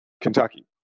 Kentucky